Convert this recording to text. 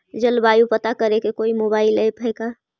जलवायु पता करे के कोइ मोबाईल ऐप है का?